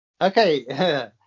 Okay